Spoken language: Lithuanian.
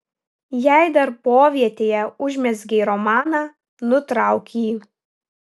jei darbovietėje užmezgei romaną nutrauk jį